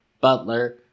butler